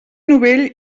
novell